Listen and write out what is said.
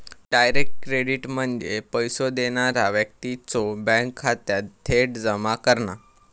direct credit म्हणजे पैसो देणारा व्यक्तीच्यो बँक खात्यात थेट जमा करणा